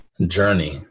journey